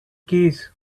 keys